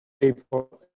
people